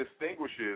distinguishes